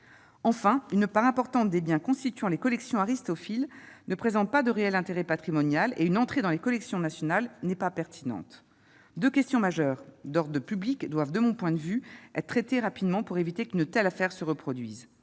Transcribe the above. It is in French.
enfin une part importante des biens constituant les collections Aristophil ne présentent pas de réel intérêt patrimonial et une entrée dans les collections nationales n'est pas pertinente, 2 questions majeures d'or de public et doivent, de mon point de vue, être rapidement pour éviter que ne-t-elle à faire, se reproduise